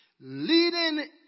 Leading